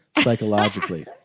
psychologically